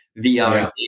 vr